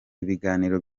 ibiganiro